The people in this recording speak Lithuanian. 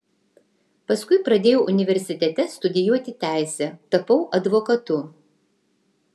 paskui pradėjau universitete studijuoti teisę tapau advokatu